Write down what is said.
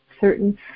certain